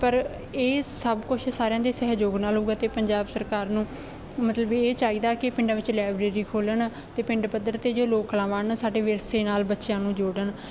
ਪਰ ਇਹ ਸਭ ਕੁਛ ਸਾਰਿਆਂ ਦੇ ਸਹਿਯੋਗ ਨਾਲ ਹੋਊਗਾ ਅਤੇ ਪੰਜਾਬ ਸਰਕਾਰ ਨੂੰ ਮਤਲਬ ਇਹ ਚਾਹੀਦਾ ਕਿ ਪਿੰਡਾਂ ਵਿੱਚ ਲਾਇਬਰੇਰੀ ਖੋਲ੍ਹਣ ਅਤੇ ਪਿੰਡ ਪੱਧਰ 'ਤੇ ਜੋ ਲੋਕ ਕਲਾਵਾਂ ਹਨ ਸਾਡੇ ਵਿਰਸੇ ਨਾਲ ਬੱਚਿਆਂ ਨੂੰ ਜੋੜਨ